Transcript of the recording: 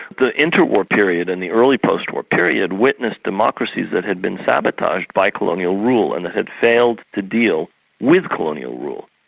the inter-war period and the early post-war period witnessed democracies that had been sabotaged by colonial rule, and had failed to deal with colonial rule.